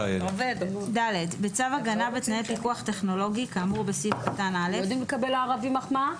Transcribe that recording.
הערבים לא יודעים לקבל מחמאה?